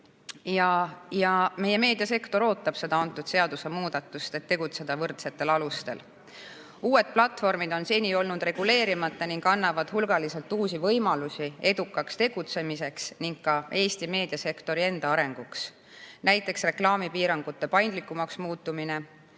Meie meediasektor ootab seda seadusemuudatust, et tegutseda võrdsetel alustel. Uued platvormid on seni olnud reguleerimata ning annavad hulgaliselt uusi võimalusi edukaks tegutsemiseks ja ka Eesti meediasektori enda arenguks, näiteks reklaamipiirangute paindlikumaks muutmine,